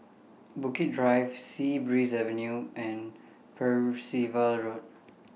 Bukit Drive Sea Breeze Avenue and Percival Road